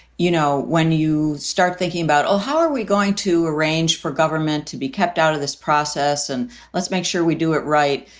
you know, when you start thinking about, oh, how are we going to arrange for government to be kept out of this process and let's make sure we do it right.